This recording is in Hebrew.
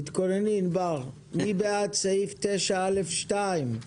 מי בעד סעיף 9(א)(2)?